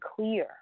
clear